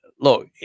Look